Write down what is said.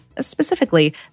specifically